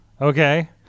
Okay